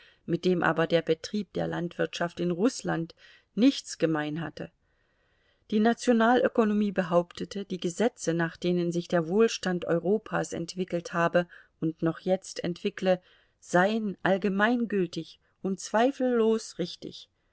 mit dem aber der betrieb der landwirtschaft in rußland nichts gemein hatte die nationalökonomie behauptete die gesetze nach denen sich der wohlstand europas entwickelt habe und noch jetzt entwickle seien allgemeingültig und zweifellos richtig